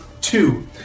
two